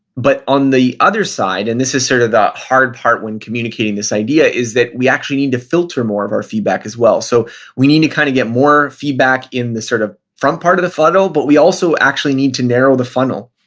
but on the other side, and this is sort of the hard part when communicating this idea, is that we actually need to filter more of our feedback as well so we need to kind of get more feedback in the sort of front part of the funnel, but we also actually need to narrow the funnel.